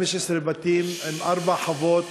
15 בתים עם ארבע חוות,